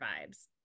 vibes